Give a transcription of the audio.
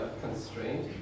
constraint